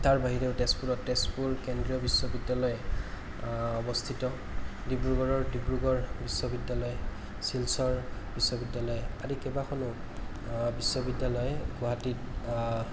তাৰ বাহিৰেও তেজপুৰত তেজপুৰ কেন্দ্ৰীয় বিশ্ববিদ্য়ালয় অৱস্থিত ডিব্ৰুগড়ৰ ডিব্ৰুগড় বিশ্ববিদ্য়ালয় শিলচৰ বিশ্ববিদ্য়ালয় আদি কেইবাখনো বিশ্ববিদ্য়ালয় গুৱাহাটীত